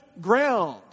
ground